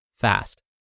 fast